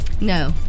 No